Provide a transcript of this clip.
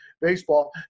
baseball